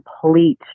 complete